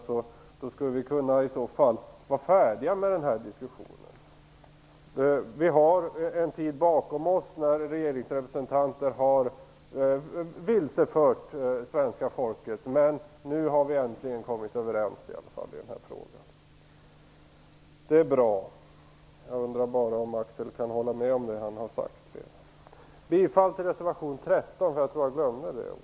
I så fall skulle vi kunna vara färdiga med den här diskussionen. Vi har en tid bakom oss när regeringsrepresentanter har vilsefört svenska folket. Men nu har vi i vart fall äntligen kommit överens i den här frågan. Det är bra. Jag undrar bara om Axel Andersson kan hålla med om det han har sagt. Jag yrkar bifall till reservation 13. Jag tror att jag glömde att göra det tidigare.